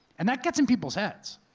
and that gets in people's heads.